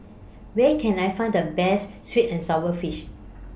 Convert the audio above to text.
Where Can I Find The Best Sweet and Sour Fish